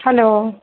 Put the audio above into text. hello